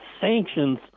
sanctions